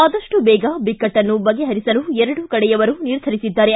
ಆದಷ್ಟು ಬೇಗ ಬಿಕ್ಕಟ್ಟನ್ನು ಬಗೆಹರಿಸಲು ಎರಡೂ ಕಡೆಯವರು ನಿರ್ಧರಿಸಿದ್ದಾರೆ